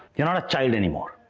you're not a child anymore.